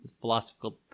philosophical